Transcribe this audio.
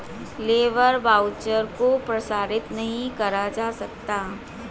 labour voucher को प्रसारित नहीं करा जा सकता